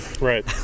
Right